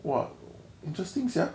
!wah! interesting sia